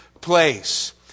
place